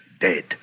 dead